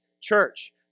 church